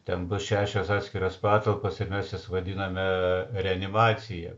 ten bus šešios atskiros patalpos ir mes jas vadiname reanimacija